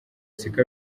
siko